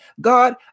God